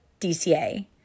DCA